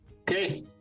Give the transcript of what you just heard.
Okay